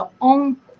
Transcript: own